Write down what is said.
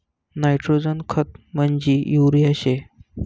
nitrogen खत म्हंजी urea शे